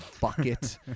bucket